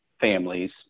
families